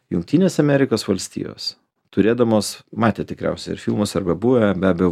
jungtinės amerikos valstijos turėdamos matėt tikriausiai ar filmuose arba buvę be abejo